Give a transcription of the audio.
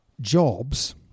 jobs –